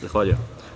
Zahvaljujem.